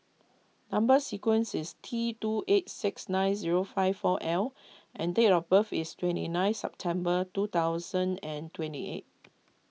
Number Sequence is T two eight six nine zero five four L and date of birth is twenty ninth September two thousand and twenty eight